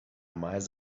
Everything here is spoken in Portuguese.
mais